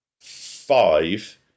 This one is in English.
five